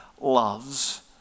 loves